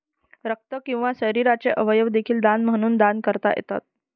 रक्त किंवा शरीराचे अवयव देखील दान म्हणून दान करता येतात